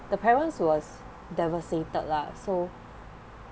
the parents was devastated lah so